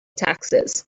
taxes